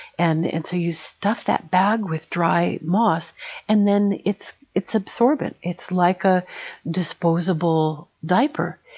and and so you stuff that bag with dry moss and then it's it's absorbent. it's like a disposable diaper.